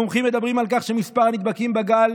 המומחים מדברים על כך שמספר הנדבקים בגל